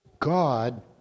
God